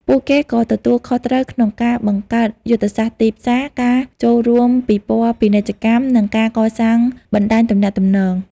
ពួកគេក៏ទទួលខុសត្រូវក្នុងការ បង្កើតយុទ្ធសាស្ត្រទីផ្សារ ការចូលរួមពិព័រណ៍ពាណិជ្ជកម្ម និងការកសាងបណ្ដាញទំនាក់ទំនង។